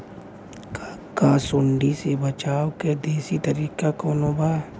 का सूंडी से बचाव क देशी तरीका कवनो बा?